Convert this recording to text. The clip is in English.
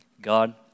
God